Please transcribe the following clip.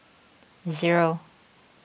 zero